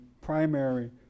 primary